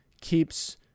keeps